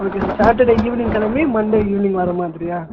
okay sir Saturday evening கிளம்பி Monday evening வர மாதிரியா